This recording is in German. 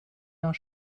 jahr